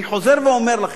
אני חוזר ואומר לכם,